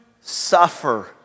suffer